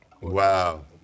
Wow